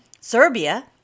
Serbia